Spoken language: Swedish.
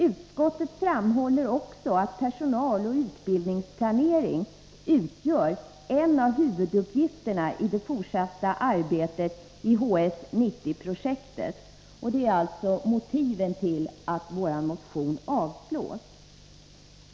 Utskottet framhåller också att personaloch utbildningsplanering utgör en av huvuduppgifterna i det fortsatta arbetet i HS 90-projektet. Det är alltså motiven till att vår motion avstyrks.